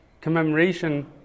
commemoration